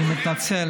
אני מתנצל.